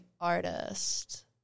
artist